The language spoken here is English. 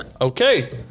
Okay